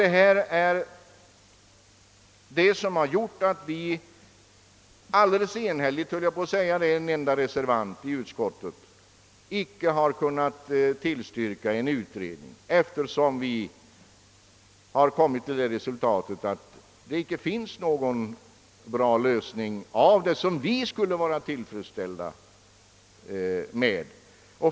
Det är detta som har gjort att vi — jag höll på att säga enhälligt, det är en enda reservant i utskottet — icke har kunnat tillstyrka en utredning, eftersom vi har kommit till det resultatet att det icke finns någon bra lösning som vi skulle vara tillfredsställda med.